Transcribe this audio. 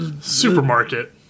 supermarket